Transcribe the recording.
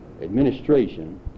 administration